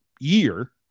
year